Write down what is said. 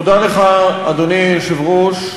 תודה לך, אדוני היושב-ראש.